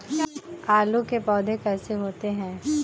आलू के पौधे कैसे होते हैं?